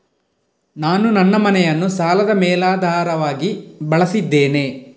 ನಾನು ನನ್ನ ಮನೆಯನ್ನು ಸಾಲದ ಮೇಲಾಧಾರವಾಗಿ ಬಳಸಿದ್ದೇನೆ